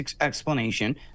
explanation